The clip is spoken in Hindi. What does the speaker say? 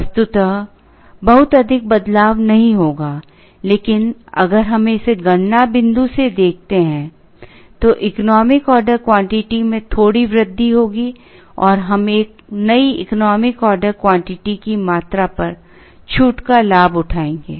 वस्तुतः बहुत अधिक बदलाव नहीं होगा लेकिन अगर हम इसे गणना बिंदु से देखते हैं तो इकोनॉमिक ऑर्डर क्वांटिटी में थोड़ी वृद्धि होगी और हम नई इकोनॉमिक ऑर्डर क्वांटिटी की मात्रा पर छूट का लाभ उठाएंगे